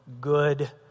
good